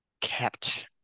kept